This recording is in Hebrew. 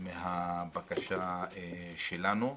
לבקשה שלנו.